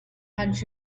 haunt